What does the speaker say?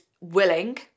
willing